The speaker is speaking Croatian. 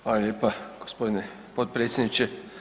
Hvala lijepa gospodine potpredsjedniče.